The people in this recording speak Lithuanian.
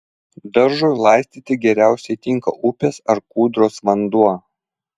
daržui laistyti geriausiai tinka upės ar kūdros vanduo